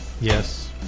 Yes